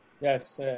Yes